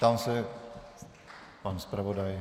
Ptám se pan zpravodaj.